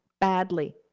badly